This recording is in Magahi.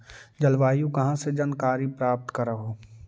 जलवायु कहा से जानकारी प्राप्त करहू?